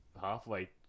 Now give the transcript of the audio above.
halfway